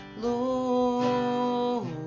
Lord